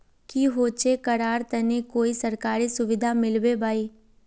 की होचे करार तने कोई सरकारी सुविधा मिलबे बाई?